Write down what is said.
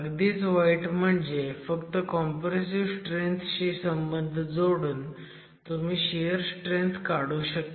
अगदीच वाईट म्हणजे फक्त कॉम्प्रेसिव्ह स्ट्रेंथ शी संबंध जोडून तुम्ही शियर स्ट्रेंथ काढू शकता